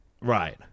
right